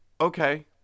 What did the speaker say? okay